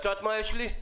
את יודעת מה יש לי?